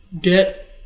get